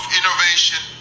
innovation